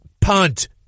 punt